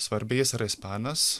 svarbi jis yra ispanas